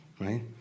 right